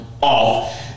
off